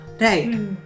right